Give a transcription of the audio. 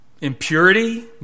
impurity